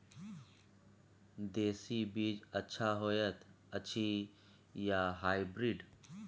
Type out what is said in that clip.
देसी बीज अच्छा होयत अछि या हाइब्रिड?